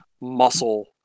muscle